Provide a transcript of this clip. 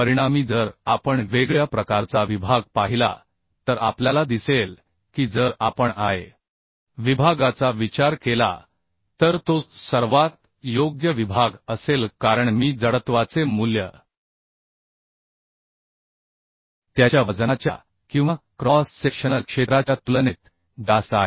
परिणामी जर आपण वेगळ्या प्रकारचा विभाग पाहिला तर आपल्याला दिसेल की जर आपण I विभागाचा विचार केला तर तो सर्वात योग्य विभाग असेल कारण मी जडत्वाचे मूल्य त्याच्या वजनाच्या किंवा क्रॉस सेक्शनल क्षेत्राच्या तुलनेत जास्त आहे